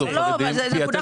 הנושא